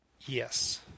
Yes